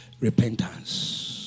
Repentance